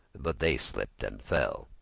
but they slipped and fell.